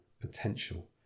potential